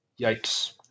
Yikes